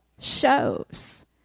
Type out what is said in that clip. shows